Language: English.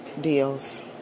deals